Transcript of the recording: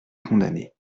condamner